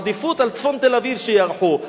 עדיפות על צפון תל-אביב שיארחו,